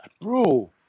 bro